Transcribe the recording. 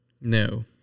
No